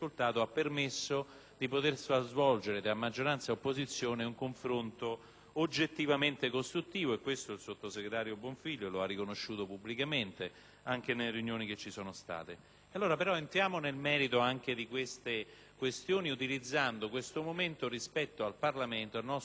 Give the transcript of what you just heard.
lo svolgimento tra maggioranza e opposizione di un confronto oggettivamente costruttivo (e il sottosegretario Buonfiglio lo ha riconosciuto pubblicamente anche nelle riunioni che ci sono state). Entrando nel merito di queste questioni, utilizziamo questo momento nel nostro ramo del Parlamento,